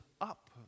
up